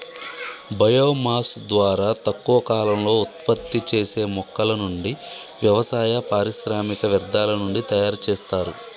bio mass ద్వారా తక్కువ కాలంలో ఉత్పత్తి చేసే మొక్కల నుండి, వ్యవసాయ, పారిశ్రామిక వ్యర్థాల నుండి తయరు చేస్తారు